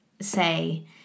say